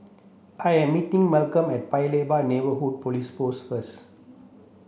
I am meeting Malcolm at Paya Lebar Neighbourhood Police Post first